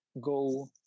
go